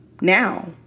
now